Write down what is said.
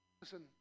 Listen